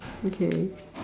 okay